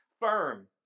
firm